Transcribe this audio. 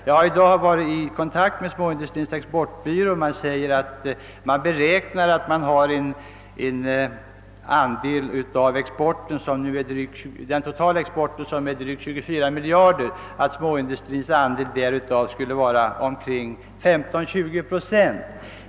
Jag har i dag varit i kontakt med Småindustrins exportbyrå där man beräknar den totala exporten till drygt 24 miljarder kronor, varav småindustrins andel skulle vara 15—20 procent.